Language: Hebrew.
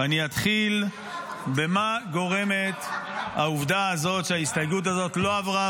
ואני אתחיל במה גורמת העובדה הזאת שההסתייגות הזאת לא עברה,